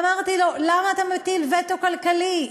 אמרתי לו: למה אתה מטיל וטו כלכלי?